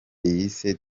yise